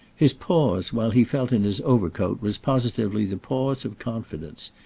his pause while he felt in his overcoat was positively the pause of confidence,